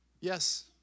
Yes